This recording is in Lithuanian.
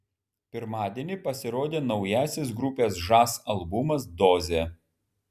pirmadienį pasirodė naujasis grupės žas albumas dozė